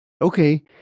Okay